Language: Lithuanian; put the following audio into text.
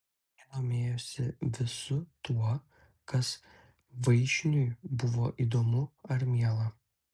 ji domėjosi visu tuo kas vaišniui buvo įdomu ar miela